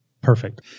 Perfect